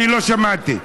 לא שמעתי.